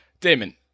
Damon